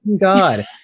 god